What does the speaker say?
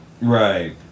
Right